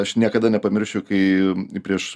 aš niekada nepamiršiu kai prieš